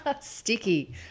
Sticky